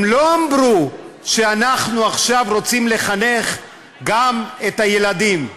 הם לא אמרו: אנחנו רוצים עכשיו לחנך גם את הילדים.